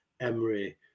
Emery